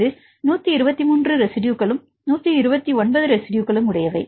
இது 123 ரெஸிட்யுகளும் 129 ரெஸிட்யுகளும் உடையவை